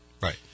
Right